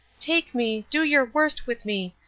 take me, do your worst with me,